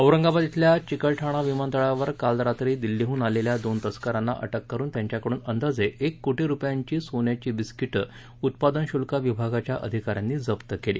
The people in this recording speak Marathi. औरंगाबाद इथल्या चिकलठाणा विमानतळावर काल रात्री दिल्लीहन आलेल्या दोन तस्कारांना अटक करुन त्यांच्याकडून अंदाजे एक कोटी रूपयांची सोन्याची बिस्कीटं उत्पादन शुल्क विभागाच्या अधिकाऱ्यांनी जप्त केली